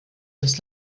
das